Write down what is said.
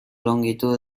longitud